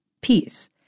peace